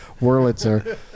Wurlitzer